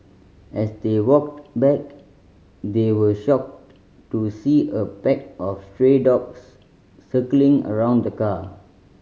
as they walked back they were shocked to see a pack of stray dogs circling around the car